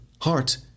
heart